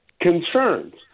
concerns